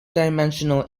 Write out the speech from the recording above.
dimensional